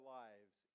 lives